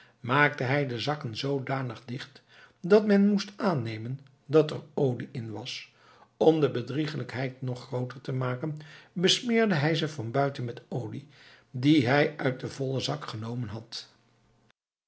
maakte hij de zakken zoodanig dicht dat men moest aannemen dat er olie in was om de bedrieglijkheid nog grooter te maken besmeerde hij ze van buiten met olie die hij uit den vollen zak genomen had